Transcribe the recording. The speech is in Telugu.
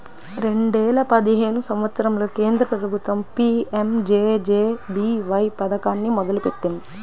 రెండేల పదిహేను సంవత్సరంలో కేంద్ర ప్రభుత్వం పీ.యం.జే.జే.బీ.వై పథకాన్ని మొదలుపెట్టింది